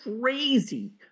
crazy